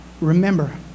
remember